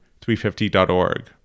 350.org